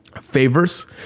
favors